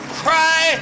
cry